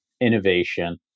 innovation